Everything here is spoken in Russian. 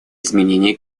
изменения